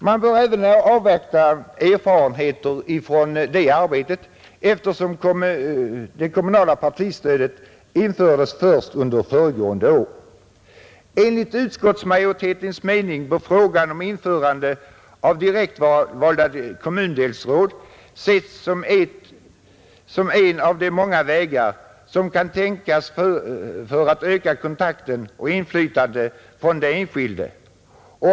Man bör även avvakta erfarenheter från det arbetet, eftersom det kommunala partistödet infördes först under föregående år. Enligt utskottsmajoritetens mening bör frågan om införande av direktvalda kommundelsråd ses såsom en av de många vägar som kan tänkas för att öka kontakten och inflytandet från den enskilde.